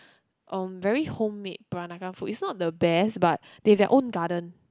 um very home made Peranakan food it's not the best but they have their own garden